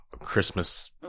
Christmas